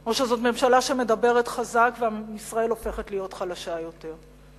או שזו ממשלה שמדברת חזק וישראל הופכת להיות חלשה יותר?